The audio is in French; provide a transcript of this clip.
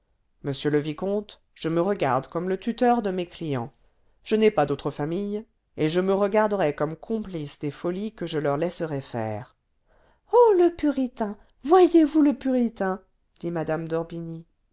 monsieur le vicomte je me regarde comme le tuteur de mes clients je n'ai pas d'autre famille et je me regarderais comme complice des folies que je le leur laisserais faire oh le puritain voyez-vous le puritain dit mme